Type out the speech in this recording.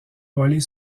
voler